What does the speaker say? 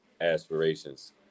aspirations